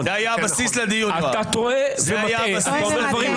ואתה תגיד בדיוק